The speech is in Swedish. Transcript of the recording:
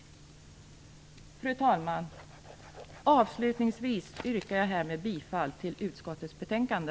Det är Centerpartiets slutsats. Fru talman! Avslutningsvis yrkar jag bifall till hemställan i utskottets betänkande.